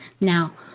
Now